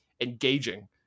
engaging